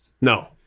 no